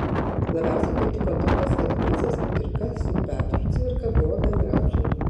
labiausiai patiko topas kad vincas kudirka su petru cvirka buvo bendraamžiai